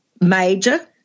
major